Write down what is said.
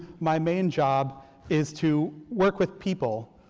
my main job is to work with people,